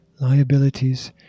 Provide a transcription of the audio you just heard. Liabilities